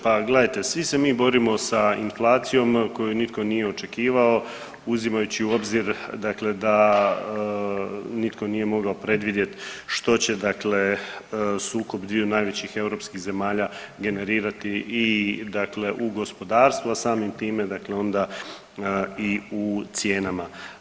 Pa gledajte svi se mi borimo sa inflacijom koju nitko nije očekivao, uzimajući u obzir da nitko nije mogao predvidjet što će sukob dviju najvećih europskih zemalja generirati i u gospodarstvu, a samim time onda i u cijenama.